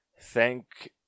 thank